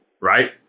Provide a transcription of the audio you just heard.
right